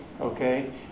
Okay